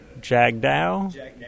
Jagdow